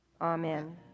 Amen